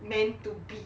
meant to be